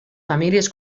famílies